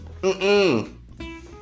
Mm-mm